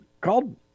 called